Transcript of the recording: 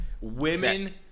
Women